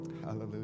Hallelujah